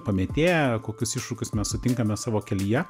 pamėtėja kokius iššūkius mes sutinkame savo kelyje